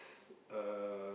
uh